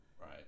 Right